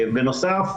בנוסף,